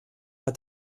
hat